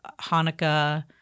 Hanukkah